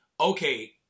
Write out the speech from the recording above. okay